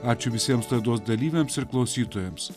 ačiū visiems laidos dalyviams ir klausytojams